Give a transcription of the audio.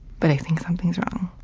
but i think something is wrong.